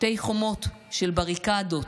שתי חומות של בריקדות,